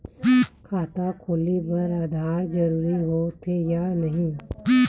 खाता खोले बार आधार जरूरी हो थे या नहीं?